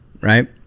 right